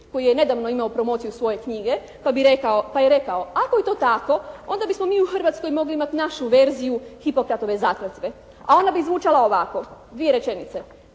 koji je nedavno imao promociju svoje knjige pa je rekao "Ako je to tako onda bismo mi u Hrvatskoj mogli imati našu verziju Hipokratove zakletve, a ona bi zvučala ovako, dvije rečenice: